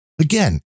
Again